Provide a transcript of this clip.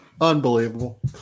Unbelievable